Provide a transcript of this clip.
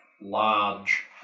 Large